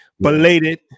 belated